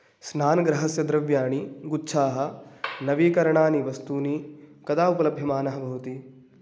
स्नानगृहस्य द्रव्याणि गुच्छाः नवीकरणानि वस्तूनि कदा उपलभ्यमानानि भवन्ति